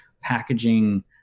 packaging